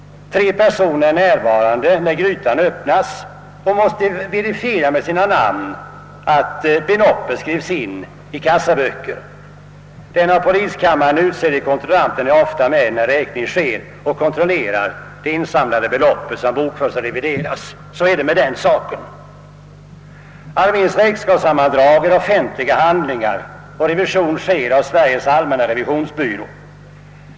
Tre personer är närvarande när grytan öppnas och måste med sina namn verifiera att beloppet skrivs in i kassaböcker. Den av poliskammaren utsedde kontrollanten är ofta med när räkning sker och kontrollerar det insamlade beloppet, som bokföres och revideras. Frälsningsarméns räkenskapssammandrag är offentliga handlingar och revision göres av Sveriges allmänna revisionsbyrå.